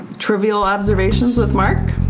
trivial observations with mark.